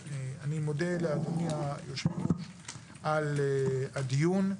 אני מודה לאדוני היושב-ראש על הדיון.